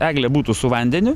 eglė būtų su vandeniu